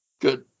Good